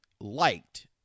liked